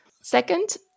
Second